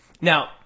Now